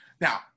Now